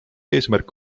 eesmärk